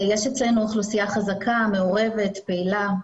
יש אצלנו אוכלוסייה חזקה, מעורבת, פעילה.